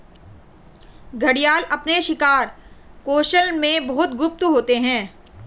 घड़ियाल अपने शिकार कौशल में बहुत गुप्त होते हैं